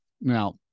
Now